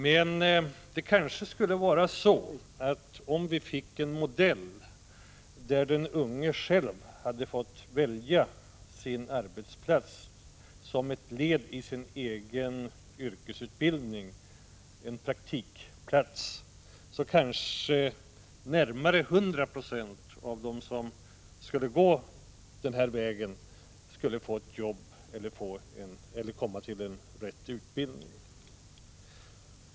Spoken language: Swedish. Men om vi hade en modell där den unge själv fick välja sin arbetsplats som ett led i den egna yrkesutbildningen, en praktikplats, kanske närmare 100 96 av de som skulle gå denna väg fick ett jobb eller plats på rätt utbildning.